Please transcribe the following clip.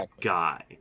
guy